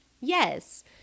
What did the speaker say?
yes